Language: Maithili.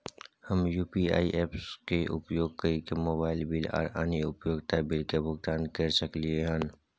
हम यू.पी.आई ऐप्स के उपयोग कैरके मोबाइल बिल आर अन्य उपयोगिता बिल के भुगतान कैर सकलिये हन